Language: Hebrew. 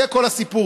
זה כל הסיפור.